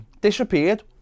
disappeared